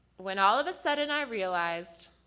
when all of the sudden i realized,